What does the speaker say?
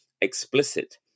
explicit